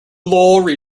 lorry